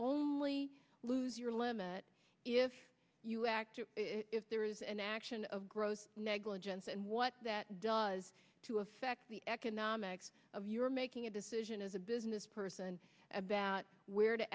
only lose your limit if you act if there is an action of gross negligence and what that does to affect the economics of you're making a decision as a business person about where to